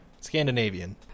Scandinavian